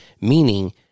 Meaning